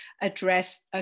address